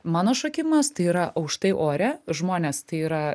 mano šokimas tai yra aukštai ore žmonės tai yra